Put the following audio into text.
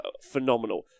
phenomenal